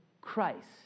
Christ